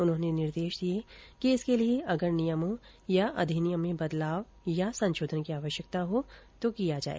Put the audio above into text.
उन्होंने निर्देश दिए कि इसके लिए अगर नियमों या अधिनियम में बदलाव या संशोधन की आवश्यकता हो तो किया जाए